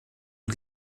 und